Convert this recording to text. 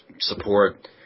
support